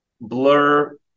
blur